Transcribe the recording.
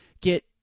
get